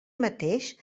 mateix